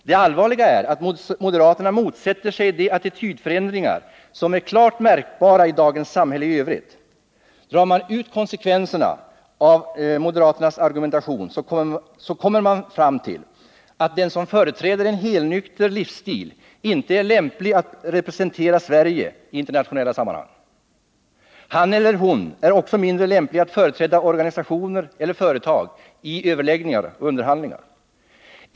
Det allvarliga är att moderaterna motsätter sig de attitydförändringar som är klart märkbara i dagens samhälle i övrigt. Drar man ut konsekvenserna av moderaternas argumentation, kommer man fram till att den som företräder en helnykter livsstil inte är lämplig att representera Sverige i internationella sammanhang. Han eller hon är också mindre lämplig att företräda organisationer eller företag i överläggningar och underhandlingar.